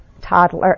toddler